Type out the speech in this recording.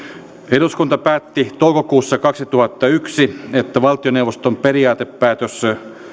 eduskunta päätti toukokuussa kaksituhattayksi että valtioneuvoston periaatepäätös